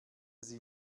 sie